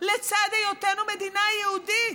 לצד היותנו מדינה יהודית.